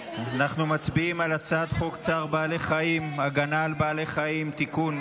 אנחנו מצביעים על הצעת חוק צער בעלי חיים (הגנה על בעלי חיים) (תיקון,